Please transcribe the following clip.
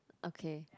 okay